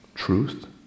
Truth